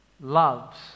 loves